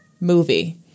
movie